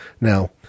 Now